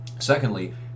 secondly